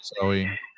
Zoe